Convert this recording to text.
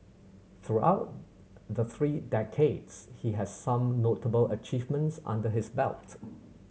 throughout the three decades he has some notable achievements under his belt